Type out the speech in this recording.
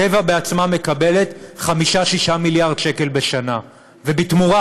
טבע בעצמה מקבלת 5 6 מיליארד שקל בשנה, ובתמורה,